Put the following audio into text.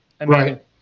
right